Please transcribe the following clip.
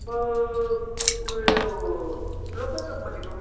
ऊ यो लोकल कम्पनीको